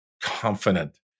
confident